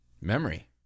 memory